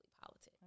politics